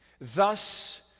Thus